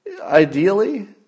ideally